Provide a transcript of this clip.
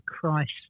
Christ